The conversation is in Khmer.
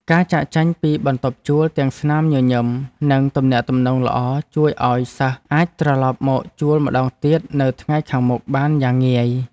ការចាកចេញពីបន្ទប់ជួលទាំងស្នាមញញឹមនិងទំនាក់ទំនងល្អជួយឱ្យសិស្សអាចត្រឡប់មកជួលម្តងទៀតនៅថ្ងៃខាងមុខបានយ៉ាងងាយ។